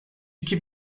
iki